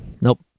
nope